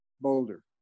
Boulder